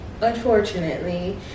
unfortunately